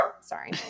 sorry